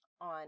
on